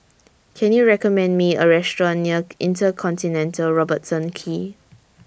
Can YOU recommend Me A Restaurant near InterContinental Robertson Quay